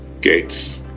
Gates